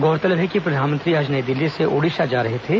उल्लेखनीय है कि प्रधानमंत्री आज नई दिल्ली से ओड़िशा जा रहे थे